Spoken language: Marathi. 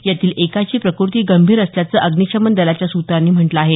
यातील एकाची प्रकृती गंभीर असल्याचं अग्निशमन दलाच्या सूत्रांनी म्हटलं आहे